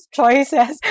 choices